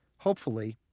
hopefully,